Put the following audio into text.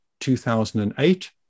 2008